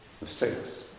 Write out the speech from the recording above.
mistakes